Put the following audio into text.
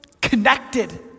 connected